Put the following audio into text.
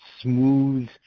smooth